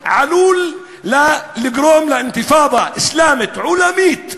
עלול לגרום לאינתיפאדה אסלאמית עולמית,